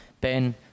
Ben